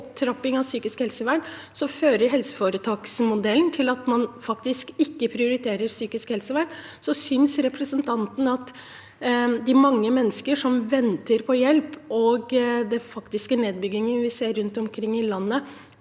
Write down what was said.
opptrapping av psykisk helsevern, fører helseforetaksmodellen til at man faktisk ikke prioriterer psykisk helsevern. Synes representanten at dette er godt nok, med de mange menneskene som venter på hjelp, og den faktiske nedbyggingen vi ser rundt omkring i landet?